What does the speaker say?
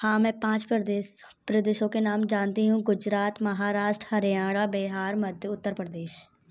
हाँ मैं पाँच प्रदेश प्रदेशों के नाम जानती हूँ गुजरात महाराष्ट्र हरियाणा बिहार मध्य उत्तर प्रदेश